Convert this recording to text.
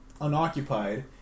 unoccupied